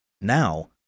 Now